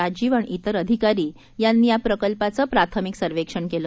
राजीव आणि इतर अधिकारी यांनी या प्रकल्पाचं प्राथमिक सर्वेक्षण केलं